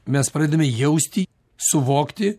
mes pradedame jausti suvokti